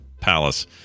palace